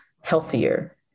healthier